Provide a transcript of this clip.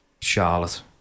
Charlotte